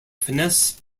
finesse